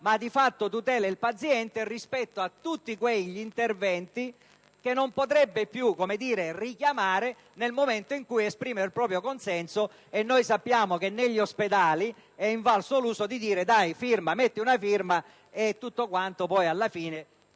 ma, di fatto, tutela il paziente rispetto a tutti quegli interventi che non potrebbe più porre in essere nel momento in cui esprime il proprio consenso (e sappiamo che negli ospedali è invalso l'uso di dire: «Dai, metti una firma» e poi, alla fine,